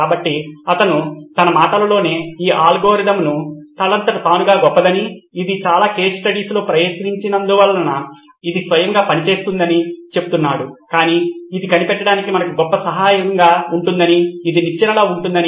కాబట్టి అతను తన మాటలలోనే ఈ అల్గోరిథం తనంతట తానుగా గొప్పదని ఇది చాలా కేస్ స్టడీస్లో ప్రయత్నించినందున అది స్వయంగా పనిచేస్తుందని చెప్తున్నాడు కాని ఇది కనిపెట్టడానికి మనకు గొప్ప సహాయంగా ఉంటుందని ఇది నిచ్చెనలా ఉంటుంది